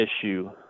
issue